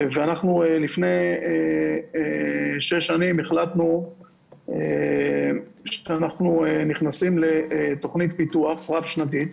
ואנחנו לפני שש שנים החלטנו שאנחנו נכנסים לתכנית פיתוח רב שנתית.